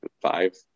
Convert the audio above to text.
five